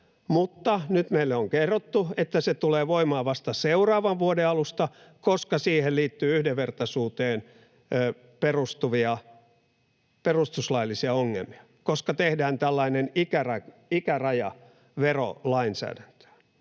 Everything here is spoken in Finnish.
mutta nyt meille on kerrottu, että se tulee voimaan vasta seuraavan vuoden alusta, koska siihen liittyy yhdenvertaisuuteen perustuvia perustuslaillisia ongelmia, koska tehdään tällainen ikäraja verolainsäädäntöön